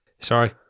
Sorry